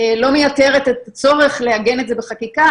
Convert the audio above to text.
לא מייתרת את הצורך לעגן את זה בחקיקה,